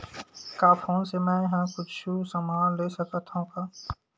का फोन से मै हे कुछु समान ले सकत हाव का?